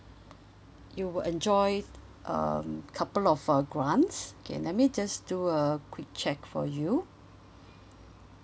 you will enjoy um couple of uh grants K let me just do a quick check for you